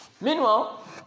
Meanwhile